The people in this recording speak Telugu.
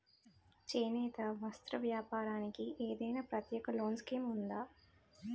చేనేత వస్త్ర వ్యాపారానికి ఏదైనా ప్రత్యేక లోన్ స్కీం ఉందా?